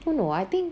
oh no I think